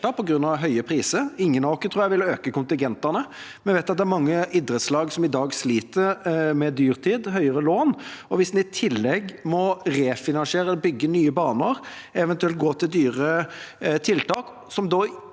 på grunn av høye priser. Jeg tror ingen av oss vil øke kontingentene. Vi vet at det er mange idrettslag som i dag sliter med dyrtid og høyere lån, og hvis en i tillegg må refinansiere eller bygge nye baner, eventuelt må ty til dyre tiltak